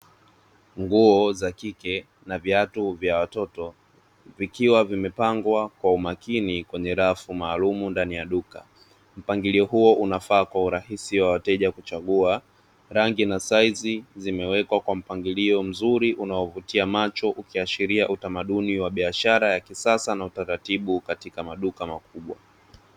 Nguo za kike na viatu vya watoto vikiwa vimepangwa kwa umakini kwenye rafu maalumu ndani ya duka. Mpangilio huo unafaa kwa urahisi wa wateja kuchagua, rangi na saizi zimewekwa kwa mpangilio mzuri unaovutia macho, ukiashiria utamaduni wa biashara ya kisasa na utaratibu katika maduka makubwa.